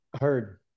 Heard